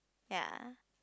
ya